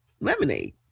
lemonade